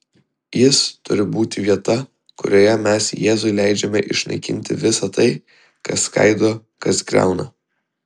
jis turi būti vieta kurioje mes jėzui leidžiame išnaikinti visa tai kas skaido kas griauna